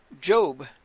Job